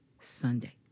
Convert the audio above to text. Sunday